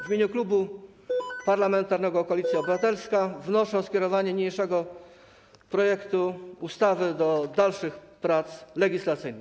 W imieniu Klubu Parlamentarnego Koalicja Obywatelska wnoszę o skierowanie niniejszego projektu ustawy do dalszych prac legislacyjnych.